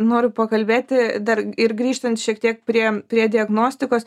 noriu pakalbėti dar ir grįžtant šiek tiek prie prie diagnostikos